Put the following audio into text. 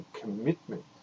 commitment